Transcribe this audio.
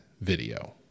video